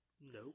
Nope